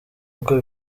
kuko